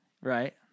Right